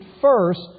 first